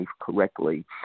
correctly